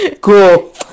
cool